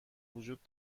وجود